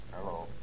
Hello